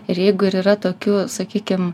ir jeigu ir yra tokių sakykim